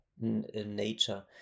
nature